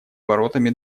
воротами